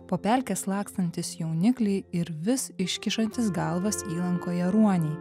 po pelkes lakstantys jaunikliai ir vis iškišantys galvas įlankoje ruoniai